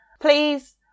Please